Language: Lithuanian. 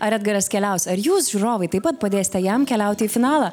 ar edgaras keliaus ar jūs žiūrovai taip pat padėsite jam keliauti į finalą